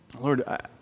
Lord